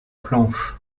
planche